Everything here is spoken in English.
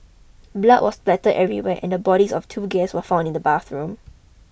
blood was spattered everywhere and the bodies of the two guests were found in the bathroom